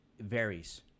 varies